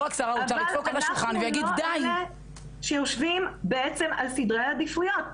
אבל אנחנו לא אלה שיושבים בעצם על סדרי העדיפויות.